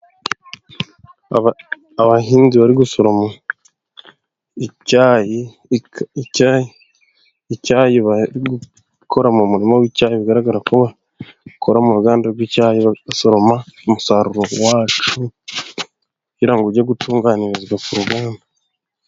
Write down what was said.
Abahinzi bari gusorom icyayi, bari gukora mu murima w'icyayi, bigaragara ko bakora mu ruganda rw'icyayi, bari gusoroma umusaruro wacyo kugira ngo ujye gutunganirizwa ku rugamda.